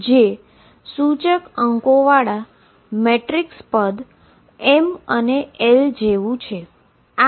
જે ઈન્ડાઈસીસ વાળા મેટ્રિક્સ પદ m અને l જેવું છે